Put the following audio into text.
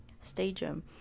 stadium